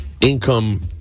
income